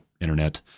internet